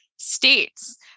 States